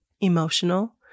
emotional